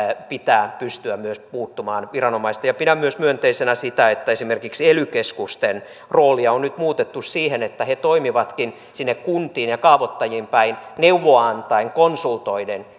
pitää myös viranomaisten pystyä puuttumaan ja pidän myös myönteisenä sitä että esimerkiksi ely keskusten roolia on nyt muutettu siten että he toimivatkin sinne kuntiin ja kaavoittajiin päin neuvoa antaen konsultoiden